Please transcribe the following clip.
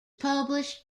published